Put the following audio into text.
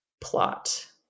plot